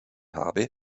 habe